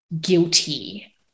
guilty